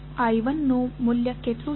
I1 નું મૂલ્ય કેટલું છે